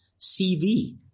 CV